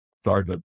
started